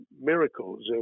miracles